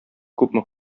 күпме